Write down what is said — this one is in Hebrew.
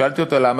שאלתי אותה: למה?